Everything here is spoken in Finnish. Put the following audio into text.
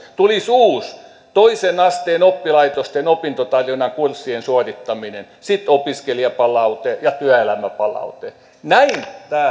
uusi toisen asteen oppilaitosten opintotarjonnan kurssien suorittaminen sitten opiskelijapalaute ja työelämäpalaute näin tämä